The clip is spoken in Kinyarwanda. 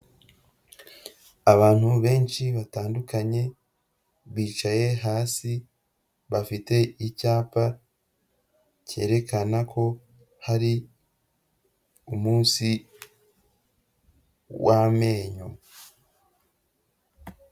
Abantu benshi batandukanye, bicaye hasi bafite icyapa kerekana ko hari umunsi w'amenyo.